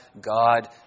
God